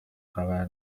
خبر